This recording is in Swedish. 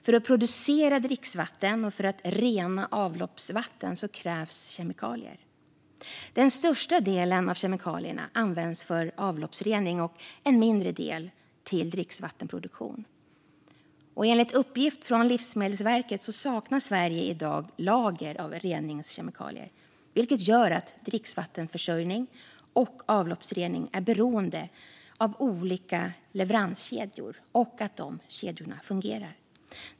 För att producera dricksvatten och för att rena avloppsvatten krävs kemikalier. Den största delen av kemikalierna används för avloppsrening och en mindre del till dricksvattenproduktion. Enligt uppgift från Livsmedelsverket saknar Sverige i dag lager av reningskemikalier, vilket gör att dricksvattenförsörjning och avloppsrening är beroende av olika leveranskedjor och av att de kedjorna fungerar.